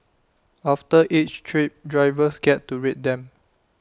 after each trip drivers get to rate them